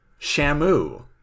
Shamu